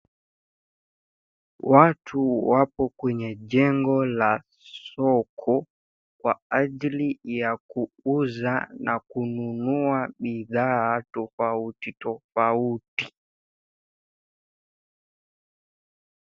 Watu wapo kwenye jengo la soko, kwa ajili ya kuuza na kununua bidhaa tofauti tofauti.